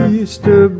Easter